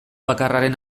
bakarraren